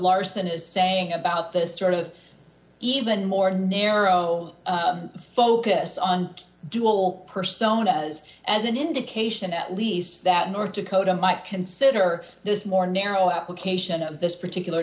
larson is saying about this sort of even more narrow focus on dual persona as as an indication at least that north dakota might consider this more narrow application of this particular